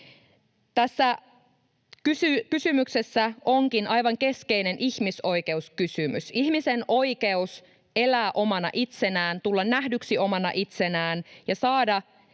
Tässä kysymyksessä onkin aivan keskeinen ihmisoikeuskysymys. Ihmisen oikeus elää omana itsenään, tulla nähdyksi omana itsenään ja saada